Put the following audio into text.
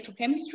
electrochemistry